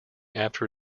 after